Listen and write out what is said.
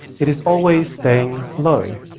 it is always staying low.